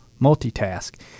multitask